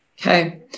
Okay